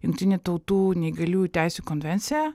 jungtinė tautų neįgaliųjų teisių konvenciją